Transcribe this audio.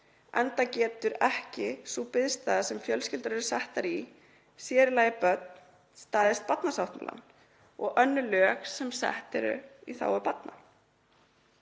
enda getur ekki sú biðstaða sem fjölskyldur eru settar í, sér í lagi börn, staðist barnasáttmálann og önnur lög sem sett eru í þágu barna.“